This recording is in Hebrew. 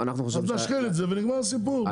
נשחיל את זה ונגמר הסיפור,